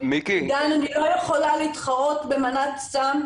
לא יכולה להתחרות במנת סם,